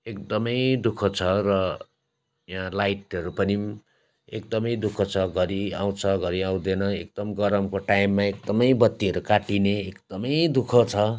एकदमै दुःख छ र यहाँ लाइटहरू पनि पो एकदमै दुःख छ घरि आउँछ घरि आउँदैन एकदम गरमको टाइममा एकदमै बत्तीहरू काटिने एकदमै दुःख छ